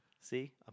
See